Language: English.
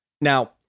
Now